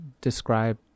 describe